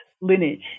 lineage